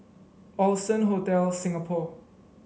Allson Hotel Singapore